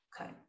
okay